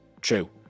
true